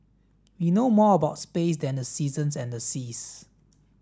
we know more about space than the seasons and the seas